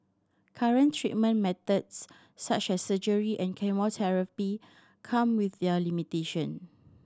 current treatment methods such as surgery and chemotherapy come with their limitation